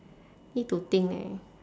need to think leh